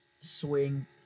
swing